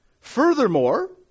Furthermore